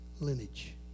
lineage